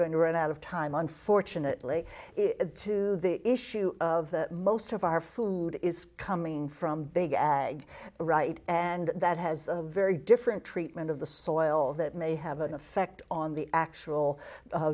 to run out of time unfortunately it too the issue of most of our food is coming from big ag right and that has a very different treatment of the soil that may have an effect on the actual